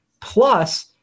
Plus